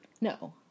No